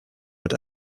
mit